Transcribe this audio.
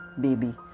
baby